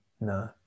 no